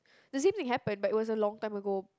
the same thing happened but it was a long time ago